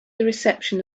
reception